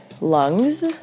lungs